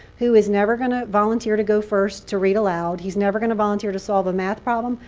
who is never going to volunteer to go first to read aloud. he's never going to volunteer to solve a math problem.